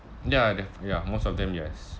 ya def~ ya most of them yes